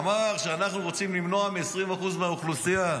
הוא אמר שאנחנו רוצים למנוע מ-20% מהאוכלוסייה,